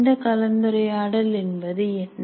இந்த கலந்துரையாடல் என்பது என்ன